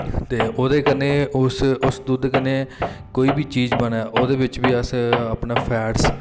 ते ओह्दे कन्नै उस उस दुद्ध कन्नै कोई बी चीज बनै ओह्दे बिच बी अस अपना फैटस